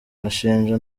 bashinja